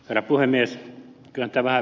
herra puhemies